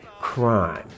crime